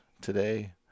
today